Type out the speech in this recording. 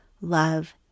love